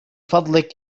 فضلك